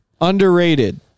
Underrated